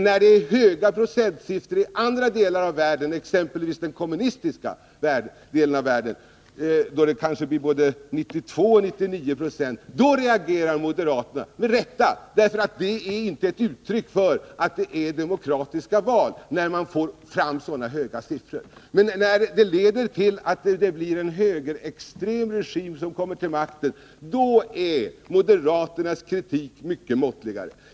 När det är höga procentsiffror i andra delar av världen — exempelvis i den kommunistiska delen, där det kanske blir både 92 och 99 Yo valdeltagande — reagerar moderaterna. De gör det då i och för sig med rätta, för det är inte ett uttryck för att det hålls demokratiska val när man får fram sådana höga siffror. Men när valen leder till att en högerextrem regim kommer till makten är moderaternas kritik mycket måttligare.